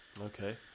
Okay